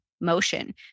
motion